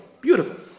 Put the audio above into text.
beautiful